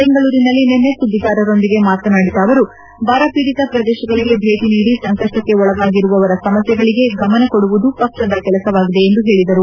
ಬೆಂಗಳೂರಿನಲ್ಲಿ ನಿನ್ನೆ ಸುದ್ದಿಗಾರರೊಂದಿಗೆ ಮಾತನಾಡಿದ ಅವರು ಬರಪೀಡಿತ ಪ್ರದೇಶಗಳಿಗೆ ಭೇಟಿ ನೀಡಿ ಸಂಕಪ್ಪಕ್ಕೆ ಒಳಗಾಗಿರುವವರ ಸಮಸ್ಥೆಗಳಿಗೆ ಗಮನ ಕೊಡುವುದು ಪಕ್ಷದ ಕೆಲಸವಾಗಿದೆ ಎಂದು ಹೇಳಿದರು